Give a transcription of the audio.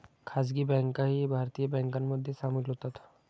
खासगी बँकाही भारतीय बँकांमध्ये सामील होतात